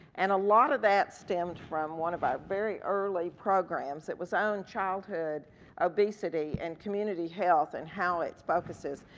and a lot of that stems from one of our very early programs that was on childhood obesity and community health and how its focuses,